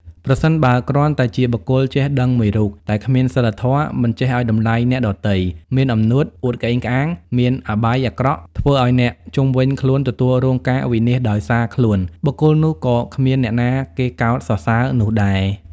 ប្រសិនបើគ្រាន់តែជាបុគ្គលចេះដឹងមួយរូប តែគ្មានសីលធម៌ មិនចេះឲ្យតម្លៃអ្នកដទៃ មានអំនួត អួតក្អេងក្អាង មានឧបាយអាក្រក់ ធ្វើឲ្យអ្នកជុំវិញខ្លួនទទួលរងការវិនាសដោយសារខ្លួន បុគ្គលនោះក៏គ្មានអ្នកណាគេកោតសរសើរនោះដែរ។